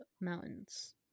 Mountains